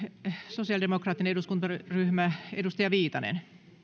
sosiaalidemokraattinen eduskuntaryhmä edustaja viitanen arvoisa